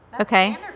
Okay